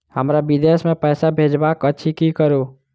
हमरा विदेश मे पैसा भेजबाक अछि की करू?